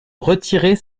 retirer